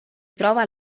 trova